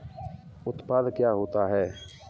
उत्पाद क्या होता है?